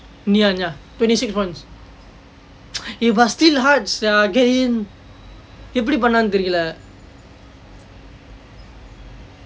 ngee ann ya twenty six points but still hard sia get in எப்படி பண்ணான்னு தெரியவில்லை:eppadi pannaannu theriyavillai